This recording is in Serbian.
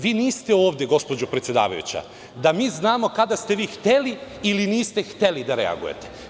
Vi niste ovde, gospođo predsedavajuća, da mi znamo kada ste vi hteli ili niste hteli, da reagujete.